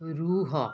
ରୁହ